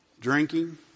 drinking